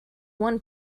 one